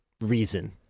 reason